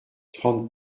trente